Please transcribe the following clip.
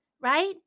right